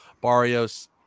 Barrios